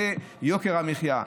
יוקר המחיה,